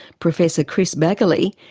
professor chris baggoley,